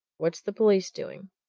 what's the police doing?